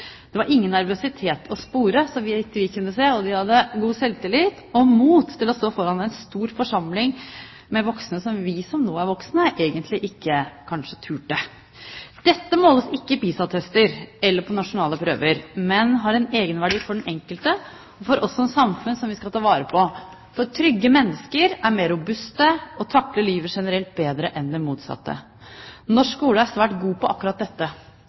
Det var ingen nervøsitet å spore, så vidt vi kunne se, og de hadde god selvtillit og mot til å stå framfor en stor forsamling med voksne, som vi som nå er voksne, egentlig kanskje ikke torde. Dette måles ikke i PISA-tester eller på nasjonale prøver, men det har en egenverdi for den enkelte og for oss som samfunn som vi skal ta vare på. For trygge mennesker er mer robuste og takler livet generelt bedre enn i motsatte tilfeller. Norsk skole er svært god på akkurat dette,